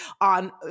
on